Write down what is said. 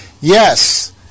yes